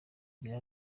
gira